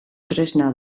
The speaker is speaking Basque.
tresna